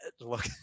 look